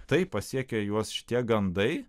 taip pasiekia juos šitie gandai